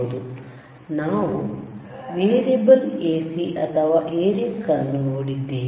ಮತ್ತು ನಾವು variable AC ಅಥವಾ ವೇರಿಯಾಕ್ ಅನ್ನು ನೋಡಿದ್ದೇವೆ